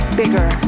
bigger